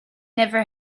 never